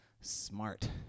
smart